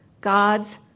God's